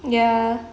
ya